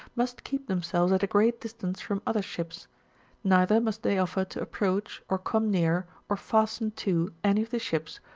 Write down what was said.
must keep themselves at a great distance from other ships neither must they offer to approach, or come near, or fasten to, any of the ships,